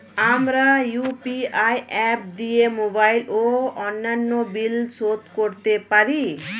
আমরা UPI app দিয়ে mobile ও অন্যান্য বিল শোধ করতে পারি